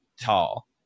tall